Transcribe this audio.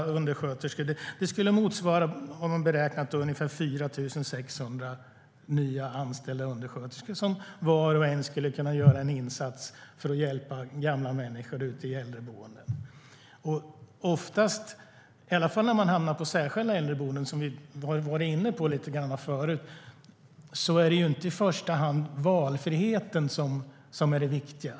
Man har beräknat att det skulle motsvara ungefär 4 600 nyanställda undersköterskor som var och en skulle kunna göra en insats för att hjälpa gamla människor på äldreboenden. Oftast, i alla fall när man hamnar på särskilda äldreboenden som vi har varit inne på förut, är det inte valfriheten som är det viktiga.